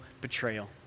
betrayal